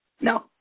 No